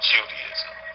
Judaism